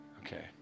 Okay